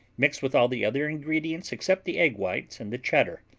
mix with all the other ingredients except the egg whites and the cheddar.